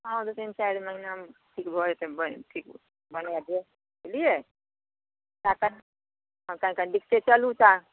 हँ तीन चारि महिनामे ठीक भऽ जेतै ठीक बनै जे बुझलिए हँ तऽ कनी दिक़्क़ते चलू तऽ